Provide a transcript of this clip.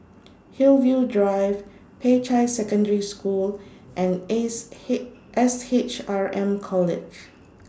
Hillview Drive Peicai Secondary School and Ace S H R M College